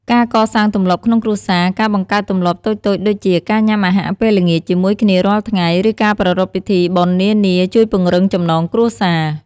ការកសាងទម្លាប់ក្នុងគ្រួសារ ការបង្កើតទម្លាប់តូចៗដូចជា ការញ៉ាំអាហារពេលល្ងាចជាមួយគ្នារាល់ថ្ងៃ ឬការប្រារព្ធពិធីបុណ្យនានា ជួយពង្រឹងចំណងគ្រួសារ។